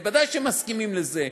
ודאי שהם מסכימים לזה,